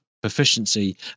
proficiency